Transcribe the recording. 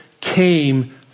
came